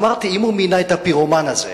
אמרתי: אם הוא מינה את הפירומן הזה,